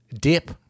Dip